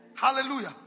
Hallelujah